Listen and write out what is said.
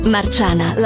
Marciana